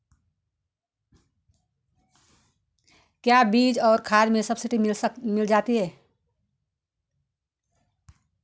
क्या बीज और खाद में सब्सिडी मिल जाती है?